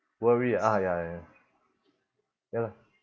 worry ah ya ya ya lah